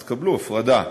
אז תקבלו הפרדה.